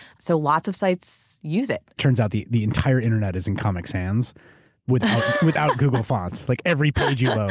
so lots of sites use it. turns out the the entire internet is in comic sans without without google fonts, like every page you